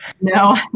No